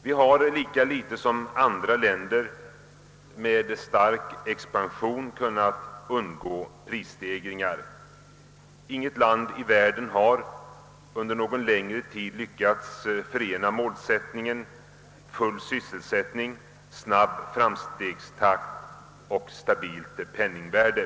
Vi har lika litet som andra länder med stark expansion kunnat undgå prisstegringar. Inget land i världen har under någon längre tid lyckats förena full sysselsättning, snabb framstegstakt och stabilt penningvärde.